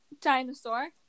dinosaur